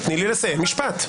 תני לי לסיים משפט.